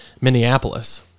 Minneapolis